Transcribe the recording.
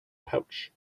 pouch